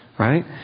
Right